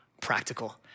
Practical